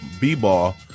B-ball